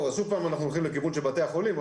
אז שוב אנחנו הולכים לכיוון של בתי החולים.